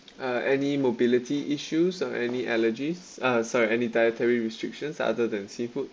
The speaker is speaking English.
uh any mobility issues or any allergies s~ uh sorry any dietary restrictions other than seafood